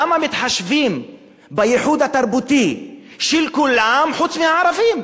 למה מתחשבים בייחוד התרבותי של כולם חוץ משל הערבים?